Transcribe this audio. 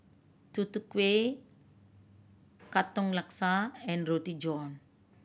Tutu Kueh Katong Laksa and Roti John